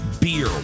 beer